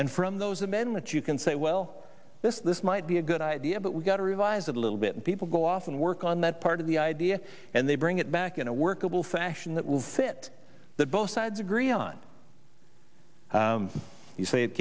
and from those of men that you can say well this this might be a good idea but we've got to revise it a little bit people go off and work on that part of the idea and they bring it back in a workable fashion that will fit that both sides agree on you say it